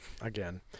Again